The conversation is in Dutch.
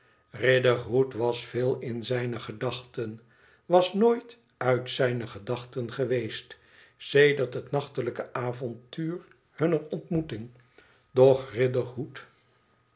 riderhood was veel in zijne gedachten was nooit uit zijne gedachten geweest sedert het nachtelijke avontuur hunner ontmoeting doch